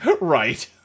Right